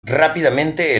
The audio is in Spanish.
rápidamente